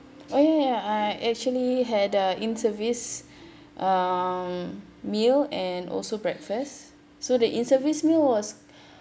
oh ya ya I actually had uh in service um meal and also breakfast so the in service meal was